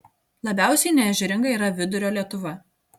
labiausiai neežeringa yra vidurio lietuva